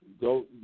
Go